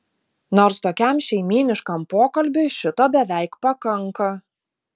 nors tokiam šeimyniškam pokalbiui šito beveik pakanka